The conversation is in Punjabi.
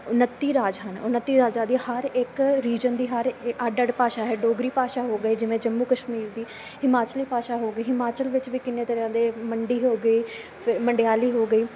ਉਣੱਤੀ ਰਾਜ ਹਨ ਉਣੱਤੀ ਰਾਜਾਂ ਦੀਆਂ ਹਰ ਇੱਕ ਰੀਜਨ ਦੀ ਹਰ ਅੱਡ ਅੱਡ ਭਾਸ਼ਾ ਹੈ ਡੋਗਰੀ ਭਾਸ਼ਾ ਹੋ ਗਈ ਜਿਵੇਂ ਜੰਮੂ ਕਸ਼ਮੀਰ ਦੀ ਹਿਮਾਚਲੀ ਭਾਸ਼ਾ ਹੋ ਗਈ ਹਿਮਾਚਲ ਵਿੱਚ ਵੀ ਕਿੰਨੇ ਤਰ੍ਹਾਂ ਦੇ ਮੰਡੀ ਹੋ ਗਈ ਫੇ ਮੰਡਿਆਲੀ ਹੋ ਗਈ